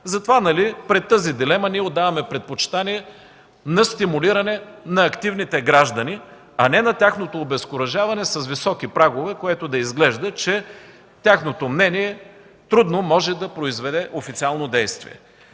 затова пред тази дилема ние отдаваме предпочитание на стимулиране на активните граждани, а не на тяхното обезкуражаване с високи прагове, което да изглежда, че тяхното мнение трудно може да произведе официално действие.